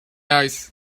ice